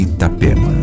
Itapema